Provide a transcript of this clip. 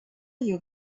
your